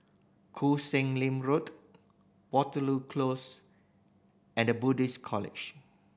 Koh Sek Lim Road Waterloo Close and The Buddhist College